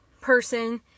person